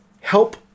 Help